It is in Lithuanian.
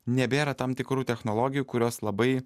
nebėra tam tikrų technologijų kurios labai